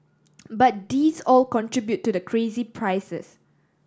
but these all contribute to the crazy prices